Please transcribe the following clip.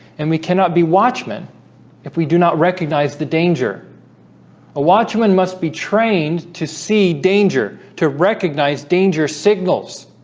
and we cannot be watchmen if we do not recognize the danger a watchman must be trained to see danger to recognize danger signals